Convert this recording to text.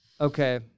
Okay